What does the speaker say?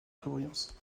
prévoyance